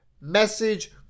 message